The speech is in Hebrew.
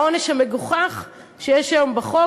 העונש המגוחך שיש היום בחוק,